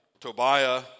Tobiah